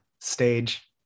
stage